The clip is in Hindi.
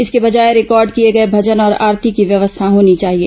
इसके बजाय रिकॉर्ड किये गये मजन और आरती की व्यवस्था होनी चाहिए